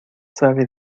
sabe